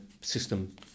system